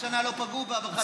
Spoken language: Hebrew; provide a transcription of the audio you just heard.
12 שנה לא פגעו בחרדים כמוכם.